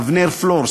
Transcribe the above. ולאבנר פלור,